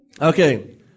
Okay